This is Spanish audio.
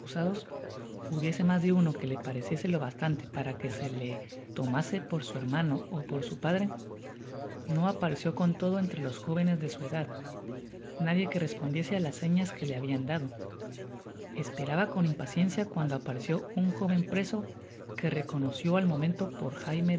hubiese mas de uno que se le pareciese lo bastante para que sé le tomase por su hermano ó por su padre no apercibió con todo entre los jovenes de su edad nadie que respondiese c las señas que le habían dado esperaba con impaciencia cuandc apareció un joven preso que reconoció al momento por jaime